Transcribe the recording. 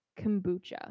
kombucha